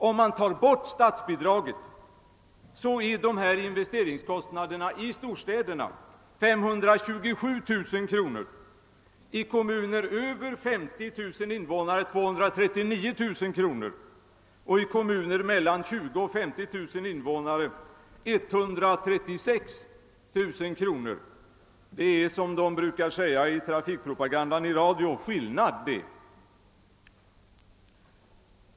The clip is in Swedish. Om man tar bort statsbidraget är investeringskostnaderna i storstäderna 527 000 kronor, i kommuner med över 50 000 invånare 239 000 kronor och i kommuner med mellan 20000 och 50 000 invånare 136 000 kronor. Det är skillnad det — som man brukar säga i radions trafikpropaganda.